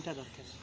ଦରକାର